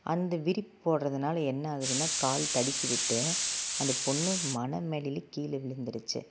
அந்த விரிப்பு போடுறதுனால என்ன ஆகுதுனால் கால் தடுக்கி விட்டு அந்த பொண் மணமேடையிலேயே கீழே விழுந்துடுச்சு